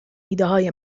ایدههای